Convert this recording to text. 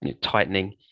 tightening